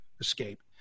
escape